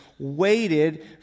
Waited